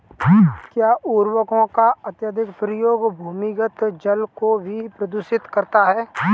क्या उर्वरकों का अत्यधिक प्रयोग भूमिगत जल को भी प्रदूषित करता है?